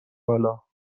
بالا